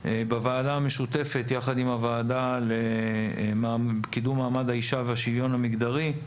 בוועדה המשותפת יחד עם הוועדה לקידום מעמד האישה והשוויון המגדרי,